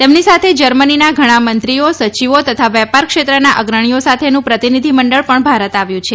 તેમની સાથે જર્મનીના ઘણા મંત્રીઓ સચિવો તથા વેપાર ક્ષેત્રના અગ્રણીઓ સાથેનું પ્રતિનિધિમંડળ પણ ભારત આવ્યું છે